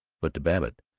but to babbitt,